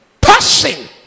Passing